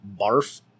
barf